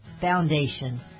foundation